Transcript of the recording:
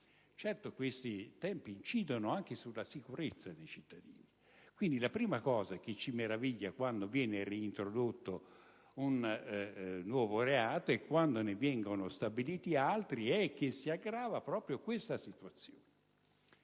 Peraltro, questi tempi incidono anche sulla sicurezza dei cittadini e, quindi, la prima cosa che ci meraviglia quando viene reintrodotto un reato e quando ne vengono stabiliti altri è che si aggrava proprio tale situazione.